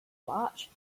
march